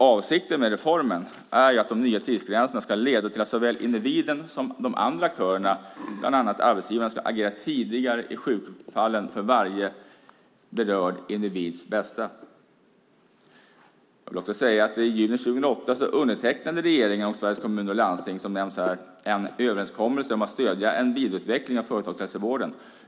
Avsikten med reformen är att de nya tidsgränserna ska leda till att såväl individen som de andra aktörerna, bland annat arbetsgivarna, ska agera tidigare i sjukfallen för varje berörd individs bästa. I juni 2008 undertecknade regeringen och Sveriges Kommuner och Landsting, som nämnts här, en överenskommelse om att stödja en vidareutveckling av företagshälsovården.